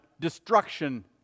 Destruction